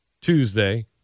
Tuesday